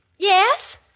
Yes